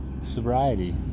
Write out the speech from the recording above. sobriety